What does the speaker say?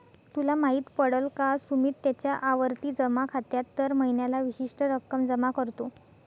तुला माहित पडल का? सुमित त्याच्या आवर्ती जमा खात्यात दर महीन्याला विशिष्ट रक्कम जमा करतो